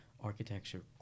architecture